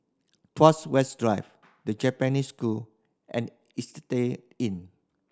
Tuas West Drive The Japanese School and Istay Inn